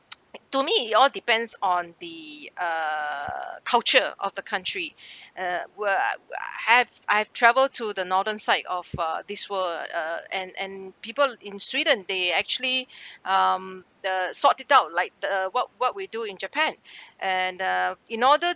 to me it all depends on the uh culture of the country uh have I've travel to the northern site of uh this world uh and and people in sweden they actually um the sort it out like the what what we do in japan and uh in order